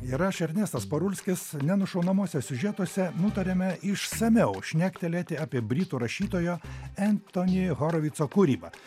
ir aš ernestas parulskis nenušaunamuose siužetuose nutarėme išsamiau šnektelėti apie britų rašytojo entoni horovico kūrybą